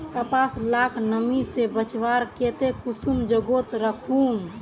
कपास लाक नमी से बचवार केते कुंसम जोगोत राखुम?